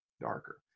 darker